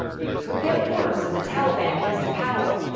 it could get worse if the taliban comes to power.